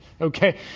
okay